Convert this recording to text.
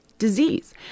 disease